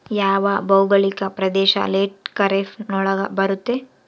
ಯಾವ ಭೌಗೋಳಿಕ ಪ್ರದೇಶ ಲೇಟ್ ಖಾರೇಫ್ ನೊಳಗ ಬರುತ್ತೆ?